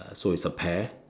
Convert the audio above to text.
uh so is a pair